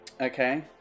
Okay